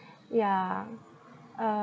ya